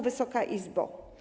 Wysoka Izbo!